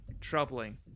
troubling